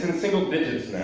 and single digits